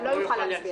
לא יכול להצביע.